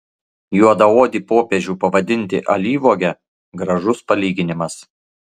juodaodį popiežių pavadinti alyvuoge gražus palyginimas